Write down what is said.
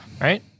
Right